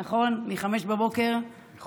ולא ישנים, נכון, מ-05:00 אמש.